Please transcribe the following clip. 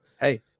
hey